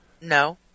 No